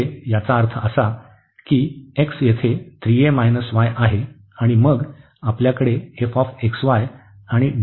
म्हणजे याचा अर्थ असा की x येथे आहे आणि मग आपल्याकडे आणि आणि आहे